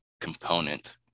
component